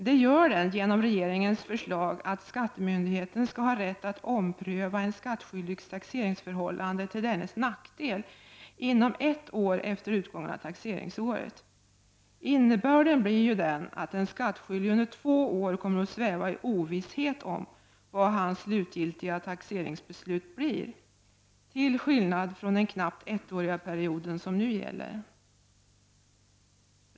Det blir fallet genom regeringens förslag att skattemyndigheten skall ha rätt att ompröva en skattskyldigs taxeringsförhållanden till dennes nackdel inom ett år efter utgången av taxeringsåret. Innebörden blir ju, till skillnad från den knappt ettåriga period som nu gäller, att den skattskyldige under två år kommer att sväva i ovisshet om hur det slutgiltiga taxeringsbeslutet blir.